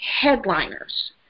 headliners